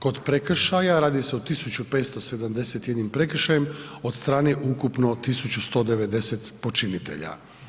Kod prekršaja radi se o 1571 prekršajem od strane ukupno 1190 počinitelja.